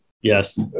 Yes